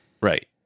Right